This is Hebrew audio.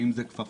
אם זה כפפה,